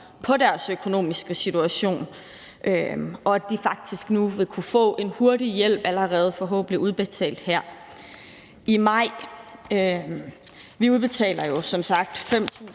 på deres økonomiske situation, og at de faktisk nu vil kunne få en hurtig hjælp udbetalt forhåbentlig allerede her i maj. Så udbetaler vi jo som sagt 5.000